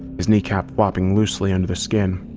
his knee cap flopping loosely under the skin.